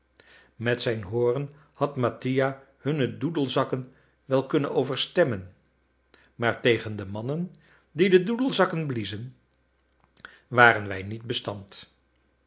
met zijn horen had mattia hunne doedelzakken wel kunnen overstemmen maar tegen de mannen die de doedelzakken bliezen waren wij niet bestand